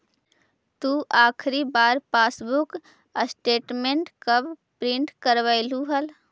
तु आखिरी बार पासबुक स्टेटमेंट कब प्रिन्ट करवैलु हल